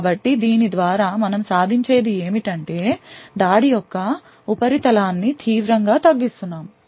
కాబట్టి దీని ద్వారా మనం సాధించేది ఏమిటంటే దాడి యొక్క ఉపరితలాన్ని తీవ్రంగా తగ్గిస్తున్నాము